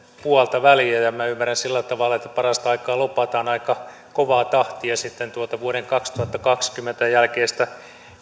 puoltaväliä ja ja minä ymmärrän sillä tavalla että parasta aikaa lobataan aika kovaa tahtia tuota vuoden kaksituhattakaksikymmentä jälkeistä